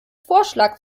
vorschlag